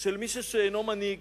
של מישהו שאינו מנהיג.